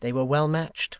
they were well matched,